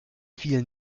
vielen